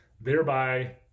thereby